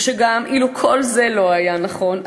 ושגם אילו כל זה לא היה נכון,